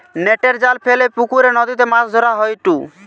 নেটের জাল ফেলে পুকরে, নদীতে মাছ ধরা হয়ঢু